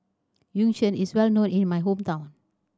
Yu Sheng is well known in my hometown